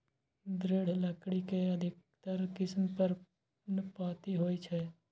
दृढ़ लकड़ी के अधिकतर किस्म पर्णपाती होइ छै